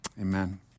amen